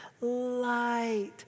light